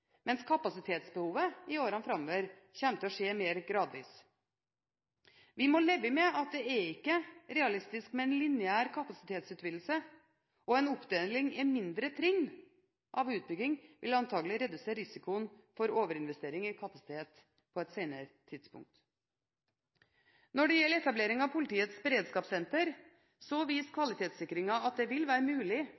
mens kapasitetsbehovet i årene framover kommer til å skje mer gradvis. Vi må leve med at det ikke er realistisk med en lineær kapasitetsutvidelse, og en oppdeling i mindre trinn av utbygging vil antakelig redusere risikoen for overinvestering i kapasitet på et senere tidspunkt. Når det gjelder etableringen av politiets beredskapssenter,